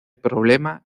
problema